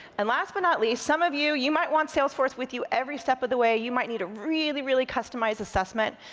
and last but not least, some of you, you might want salesforce with you every step of the way. you might need a really, really customized assessment,